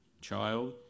child